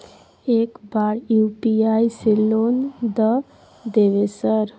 एक बार यु.पी.आई से लोन द देवे सर?